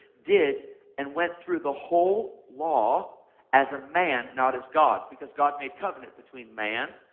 did, and went through the whole law as a man, not as god, because god made covenant between man.